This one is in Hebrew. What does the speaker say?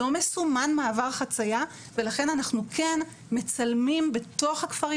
לא מסומן מעבר חציה ולכן אנחנו כן מצלמים בתוך הכפרים